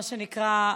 מה שנקרא,